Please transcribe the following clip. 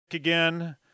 again